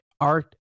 art